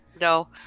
No